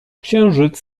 księżyc